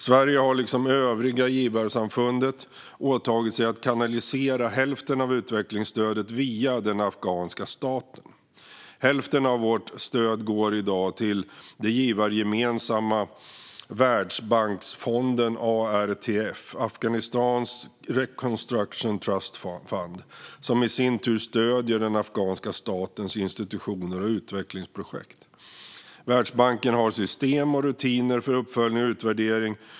Sverige har, liksom övriga givarsamfundet, åtagit sig att kanalisera hälften av utvecklingsstödet via den afghanska staten. Hälften av vårt stöd går i dag till den givargemensamma världsbanksfonden ARTF, Afghanistan Reconstruction Trust Fund, som i sin tur stöder den afghanska statens institutioner och utvecklingsprojekt. Världsbanken har system och rutiner för uppföljning och utvärdering.